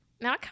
now